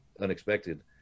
unexpected